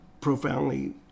profoundly